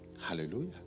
Hallelujah